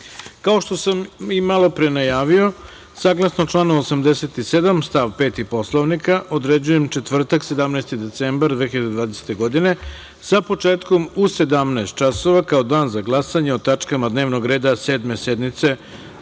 što sam i malopre najavio saglasno članu 87. stav 5. Poslovnika, određujem četvrtak, 17. decembar 2020. godine sa početkom u 17,00 časova kao dan za glasanje o tačkama dnevnog reda Sedme sednice